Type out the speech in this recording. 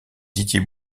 didier